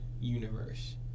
universe